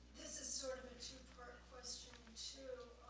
is sort of a two-part question too.